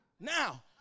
Now